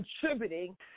contributing